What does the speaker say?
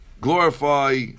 glorify